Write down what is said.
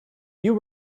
you